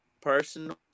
person